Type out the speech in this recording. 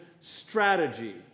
strategy